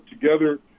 together